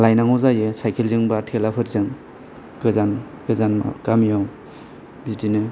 लायनांगौ जायो साइकेलजों बा थेलाफोरजों गोजान गोजान गामियाव बिदिनो